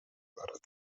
دارد